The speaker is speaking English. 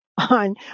on